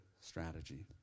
strategy